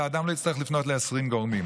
שאדם לא יצטרך לפנות ל-20 גורמים,